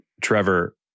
Trevor